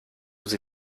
sie